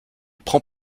prend